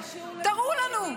תראו לנו.